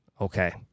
Okay